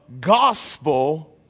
gospel